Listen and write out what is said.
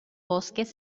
bosques